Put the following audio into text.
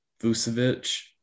Vucevic